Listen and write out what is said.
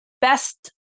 best